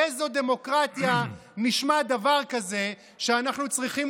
באיזו דמוקרטיה נשמע דבר כזה שאנחנו צריכים